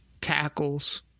tackles